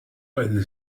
ati